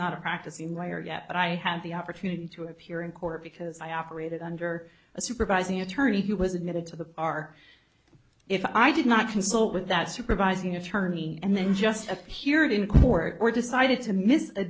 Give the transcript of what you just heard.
not a practicing lawyer yet but i had the opportunity to appear in court because i operated under a supervising attorney who was admitted to the our if i did not consult with that supervising attorney and then just appeared in court or decided to miss a